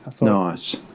Nice